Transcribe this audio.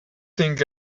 think